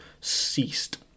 ceased